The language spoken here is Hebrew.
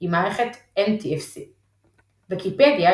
היא מערכת NTFS. ויקיפדיה,